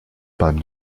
beim